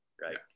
right